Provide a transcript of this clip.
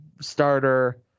starter